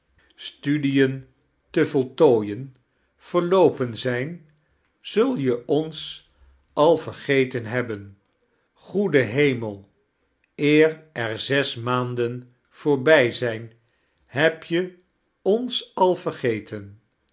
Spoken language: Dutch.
studies te voltooien verloopem zijn zul je ons al vergetem hebhem goede bemel eer er zes maanden voorbij zijn heb je ons al vergeiten